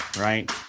right